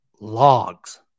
Logs